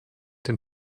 den